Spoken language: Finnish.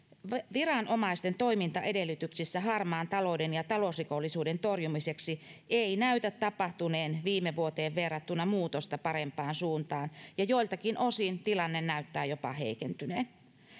viranomaisten toimintaedellytyksissä harmaan talouden ja talousrikollisuuden torjumiseksi ei näytä tapahtuneen viime vuoteen verrattuna muutosta parempaan suuntaan ja joiltakin osin tilanne näyttää jopa heikentyneen